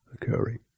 occurring